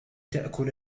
تأكل